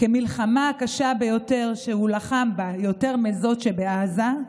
כמלחמה הקשה ביותר שהוא לחם בה, יותר מזאת שבעזה,